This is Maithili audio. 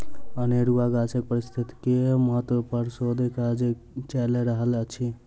अनेरुआ गाछक पारिस्थितिकीय महत्व पर शोध काज चैल रहल अछि